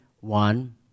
one